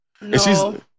No